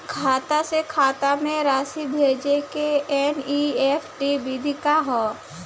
खाता से खाता में राशि भेजे के एन.ई.एफ.टी विधि का ह?